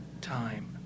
time